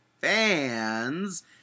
fans